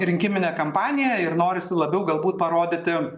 rinkiminė kampanija ir norisi labiau galbūt parodyti